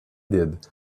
did